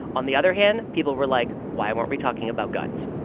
on the other hand, people were like, why weren't we talking about guns?